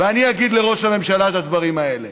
ואני אגיד לראש הממשלה את הדברים האלה.